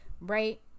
right